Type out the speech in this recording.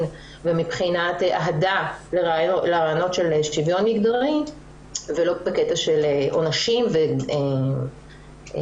ומבחינת אהדה לרעיונות של שוויון מגדרי ולא בקטע של עונשים ומקלות.